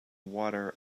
water